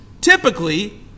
typically